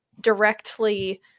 directly